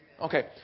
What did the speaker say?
Okay